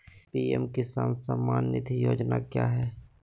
PM Kisan Samman Nidhi Yojana क्या है?